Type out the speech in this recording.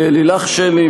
ללילך שלי,